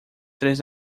três